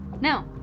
No